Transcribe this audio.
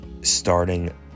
starting